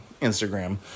Instagram